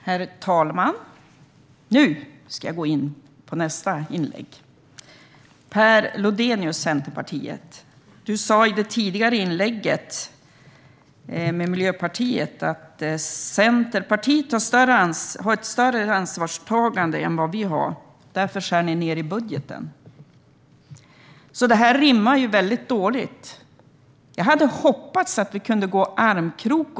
Herr talman! Nu ska jag gå in på nästa inlägg. Per Lodenius från Centerpartiet! Du sa i ditt tidigare replikskifte med Miljöpartiet att Centerpartiet har ett större ansvarstagande än vad vi har och att det är därför ni skär ned i budgeten. Det rimmar väldigt dåligt. Jag hade hoppats att vi kunde gå armkrok.